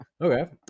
Okay